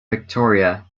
victoria